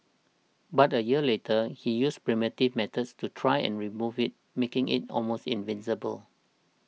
but a year later he used primitive methods to try and remove it making it almost invisible